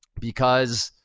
because,